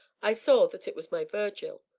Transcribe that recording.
i saw that it was my virgil.